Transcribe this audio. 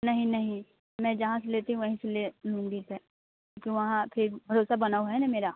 नहीं नहीं मैं जहाँ से लेती हूँ वहीं से ले लूँगी मैं क्योंकि वहाँ फेथ भरोसा बना हुआ है न मेरा